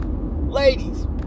ladies